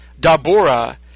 Dabura